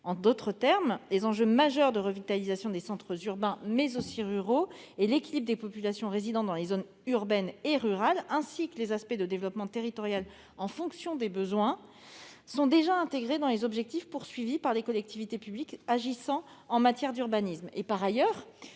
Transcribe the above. En d'autres termes, les enjeux majeurs de revitalisation des centres urbains mais aussi ruraux, d'équilibre des populations résidant respectivement en zones urbaines et en zones rurales, ainsi que de promotion d'un développement territorial lié aux besoins, sont déjà intégrés dans les objectifs assignés aux collectivités publiques agissant en matière d'urbanisme.